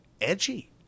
edgy